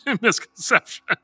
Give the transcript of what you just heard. misconception